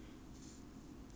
有两种 leh